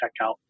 checkout